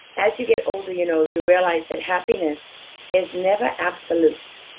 as you get older, you know you realize that happiness is never absolute,